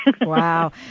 Wow